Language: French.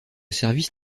service